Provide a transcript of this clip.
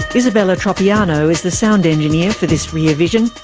isabella tropiano is the sound engineer for this rear vision.